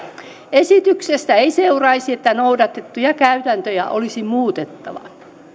esityksestä ei seuraisi että noudatettuja käytäntöjä olisi muutettava